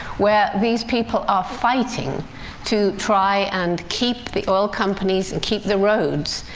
where these people are fighting to try and keep the oil companies, and keep the roads,